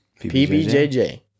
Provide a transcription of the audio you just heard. PBJJ